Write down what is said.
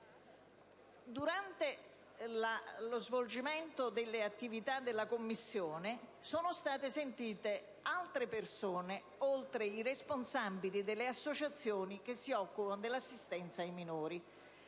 Durante lo svolgimento delle attività della Commissione sono state sentite altre persone, oltre ai responsabili delle associazioni che si occupano dell'assistenza ai minori.